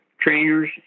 trainers